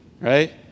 right